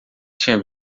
tinha